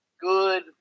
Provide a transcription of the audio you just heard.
good